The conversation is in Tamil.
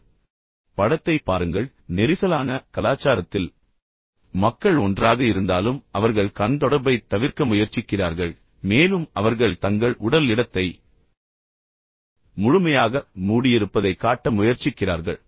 எனவே படத்தைப் பாருங்கள் நெரிசலான கலாச்சாரத்தில் மக்கள் ஒன்றாக இருந்தாலும் அவர்கள் கண் தொடர்பைத் தவிர்க்க முயற்சிக்கிறார்கள் மேலும் அவர்கள் தங்கள் உடல் இடத்தை முழுமையாக மூடியிருப்பதைக் காட்ட முயற்சிக்கிறார்கள்